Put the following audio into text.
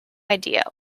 idea